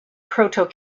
proto